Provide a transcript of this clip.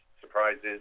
surprises